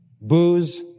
booze